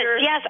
Yes